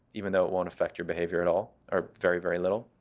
even though it won't affect your behavior at all or very, very little.